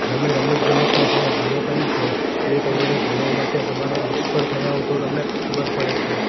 તમે રમત ગમતમાં ક્યાં ભૂલો કરી છે તે તમારે જોવા માટે તમારે નિષ્ફળ થયા હોવ તો તમને ખબર પડે છે